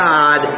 God